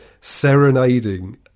serenading